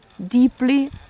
deeply